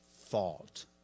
thought